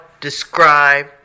describe